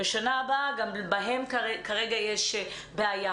בשנה הבאה גם בהן יש בעיה כרגע.